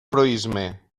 proïsme